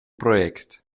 project